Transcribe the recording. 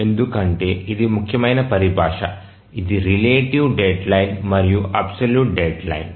ఎందుకంటే ఇది ముఖ్యమైన పరిభాష ఇది రిలేటివ్ డెడ్లైన్ మరియు అబ్సల్యూట్ డెడ్లైన్